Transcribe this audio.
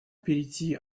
перейти